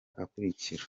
akurikira